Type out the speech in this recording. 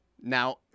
now